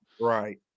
Right